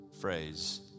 phrase